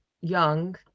young